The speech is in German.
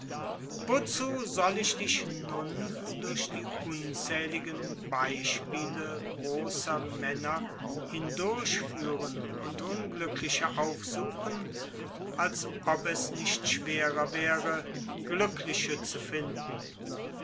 wozu soll ich dich nun durch die unzähligen beispiele großer männer hindurchführen und unglückliche aufsuchen als ob es nicht schwerer wäre glückliche zu finden